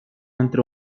entre